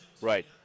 Right